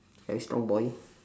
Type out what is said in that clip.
yes strong boy